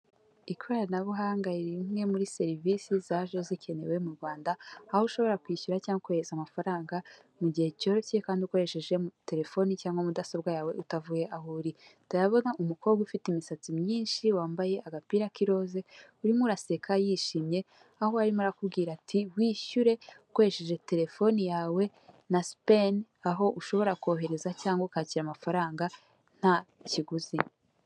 Ikoranabuhanga imwe muri serivisi zaje zikenewe mu rwanda aho ushobora kwishyura cyangwa kohereza amafaranga mu gihe cyoroshye kandi ukoresheje telefoni cyangwa mudasobwa yawe utavuye aho uri. Ndabona umukobwa ufite imisatsi myinshi wambaye agapira k'irose urimo uraseka yishimye aho warimo arakubwira ati wishyure ukoresheje telefoni yawe na sipeni aho ushobora kohereza cyangwa ukakira amafaranga nta kiguzi.